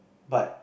but